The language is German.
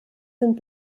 sind